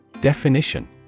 Definition